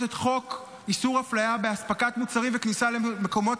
את חוק איסור אפליה בהספקת מוצרים וכניסה למקומות